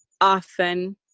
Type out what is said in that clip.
often